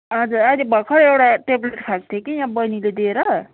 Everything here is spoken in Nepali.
हजुर अहिले भर्खर एउटा ट्याब्लेट खाएको थिएँ कि यहाँ बहिनीले दिएर